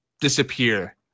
disappear